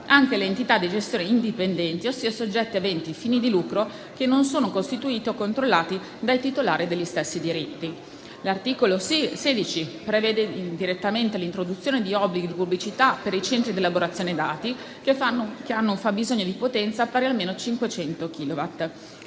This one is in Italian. anche le entità di gestione indipendenti, ossia soggetti aventi fini di lucro che non sono costituiti o controllati dai titolari degli stessi diritti. L'articolo 16 prevede l'introduzione di obblighi di pubblicità per i centri di elaborazione dati che hanno un fabbisogno di potenza pari almeno a 500 chilowatt.